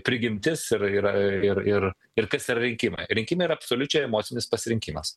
prigimtis ir ir ir ir ir kas yra rinkimai rinkimai yra absoliučiai emocinis pasirinkimas